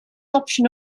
option